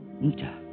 Nita